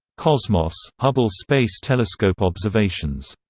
cosmos hubble space telescope observations.